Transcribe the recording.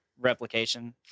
replication